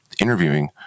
interviewing